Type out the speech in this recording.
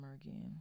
again